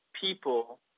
people